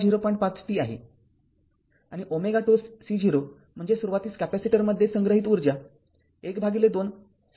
५ t आहे आणि ωτC0 म्हणजे सुरुवातीस कॅपेसिटरमध्ये संग्रहित ऊर्जा १२ C V0२ आहे